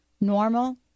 normal